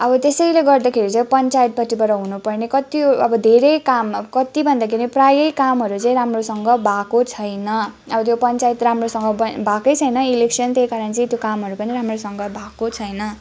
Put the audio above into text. अब त्यसैले गर्दाखेरि चाहिँ पन्चायतपट्टिबाट हुनु पर्ने कति अब धेरै काम अब कति भन्दाखेरि प्रायै कामहरू चाहिँ राम्रोसँग भएको छैन अब त्यो पन्चायत राम्रोसँग भएकै छैन इलेक्सन त्यही कारण चाहिँ त्यो कामहरू पनि राम्रोसँग भएको छैन